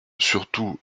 surtout